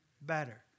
better